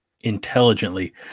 intelligently